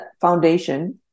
foundation